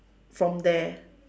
from there